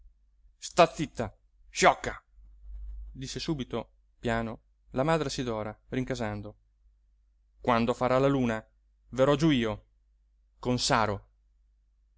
sta zitta sciocca disse subito piano la madre a sidora rincasando quando farà la luna verrò giú io con saro